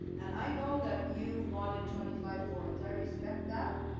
and i know that you wanted twenty five wards. i respect that,